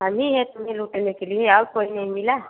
हम ही हैं तुम्हें लूटने के लिए और कोई नहीं मिला